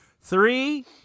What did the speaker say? three